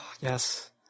Yes